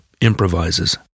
improvises